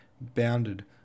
bounded